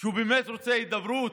שהוא באמת רוצה הידברות?